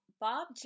Bob